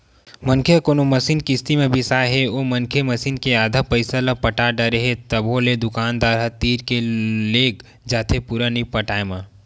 मनखे ह कोनो मसीन किस्ती म बिसाय हे ओ मनखे मसीन के आधा पइसा ल पटा डरे हे तभो ले दुकानदार ह तीर के लेग जाथे पुरा नइ पटाय म